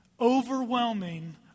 overwhelming